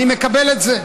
אני מקבל את זה.